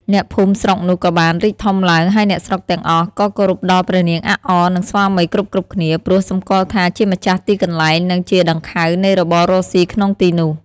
អ្នកភូមិស្រុកនោះ ក៏បានរីកធំឡើង ហើយអ្នកស្រុកទាំងអស់ ក៏គោរពដល់ព្រះនាងអាក់អ និង ស្វាមីគ្រប់ៗគ្នា ព្រោះសំគាល់ថាជាម្ចាស់ទីកន្លែង និង ជាដង្ខៅនៃរបររកស៊ីក្នុងទីនោះ ។